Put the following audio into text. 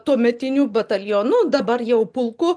tuometiniu batalionu dabar jau pulku